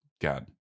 God